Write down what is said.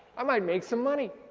i might make some money.